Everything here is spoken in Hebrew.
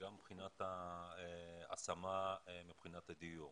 וגם מבחינת ההשמה מבחינת הדיור.